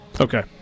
Okay